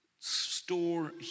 store